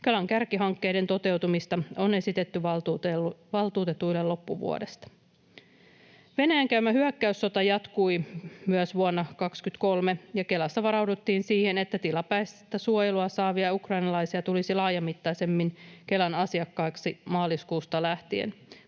Kelan kärkihankkeiden toteutumista on esitetty valtuutetuille loppuvuodesta. Venäjän käymä hyökkäyssota jatkui myös vuonna 23, ja Kelassa varauduttiin siihen, että tilapäistä suojelua saavia ukrainalaisia tulisi laajamittaisemmin Kelan asiakkaiksi maaliskuusta lähtien,